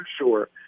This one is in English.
sure